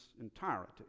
entirety